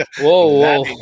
Whoa